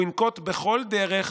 והוא ינקוט כל דרך